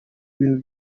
bintu